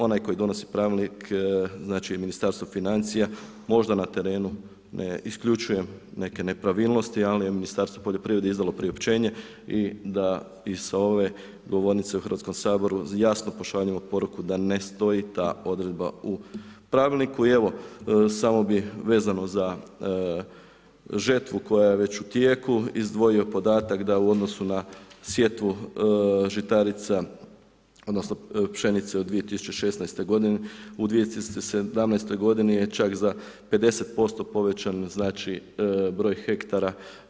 Onaj koji donosi Pravilnik, znači Ministarstvo financija možda na terenu ne isključujem neke nepravilnosti, ali je Ministarstvo poljoprivrede izdalo priopćenje i da i sa ove govornice u Hrvatskom saboru jasno pošaljemo poruku da ne stoji ta odredba u Pravilniku i evo, samo bih vezano za žetvu koja je već u tijeku izdvojio podatak da u odnosu na sjetvu žitarica odnosno pšenice u 2016. godine, u 2017. godini je čak za 50% povećan znači broj hektara.